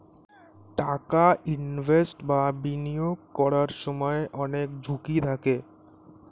টাকা ইনভেস্ট বা বিনিয়োগ করার সময় অনেক ঝুঁকি থাকে